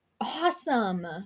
awesome